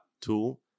tool